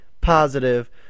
positive